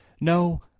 no